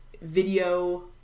video